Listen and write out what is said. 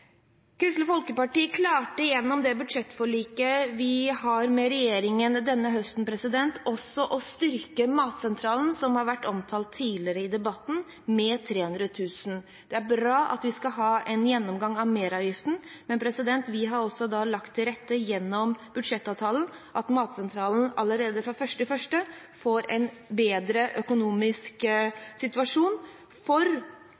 Kristelig Folkeparti klarte gjennom det budsjettforliket vi har med regjeringen denne høsten, også å styrke Matsentralen, som har vært omtalt tidligere i debatten, med 300 000 kr. Det er bra at vi skal ha en gjennomgang av merverdiavgiften, men vi har også lagt til rette gjennom budsjettavtalen at Matsentralen allerede fra 1. januar får en bedre økonomisk situasjon for